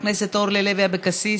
חברת הכנסת אורלי לוי אבקסיס,